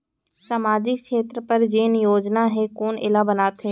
सामाजिक क्षेत्र बर जेन योजना हे कोन एला बनाथे?